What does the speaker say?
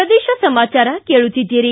ಪ್ರದೇಶ ಸಮಾಚಾರ ಕೇಳುತ್ತಿದ್ದೀರಿ